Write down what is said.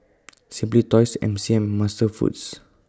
Simply Toys M C M and Master Foods